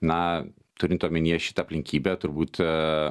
na turint omenyje šitą aplinkybę turbūt